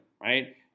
right